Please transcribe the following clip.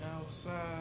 outside